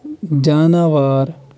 جاناوار